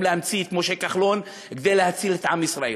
להמציא את משה כחלון כדי להציל את עם ישראל.